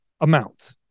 amount